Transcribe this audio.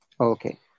okay